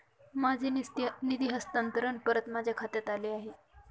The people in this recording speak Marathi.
माझे निधी हस्तांतरण परत माझ्या खात्यात आले आहे